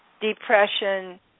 depression